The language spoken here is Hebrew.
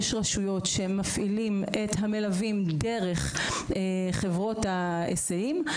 יש רשויות שמפעילות את המלווים דרך חברות ההיסעים,